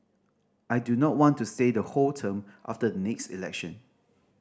I do not want to stay the whole term after the next election